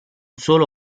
solo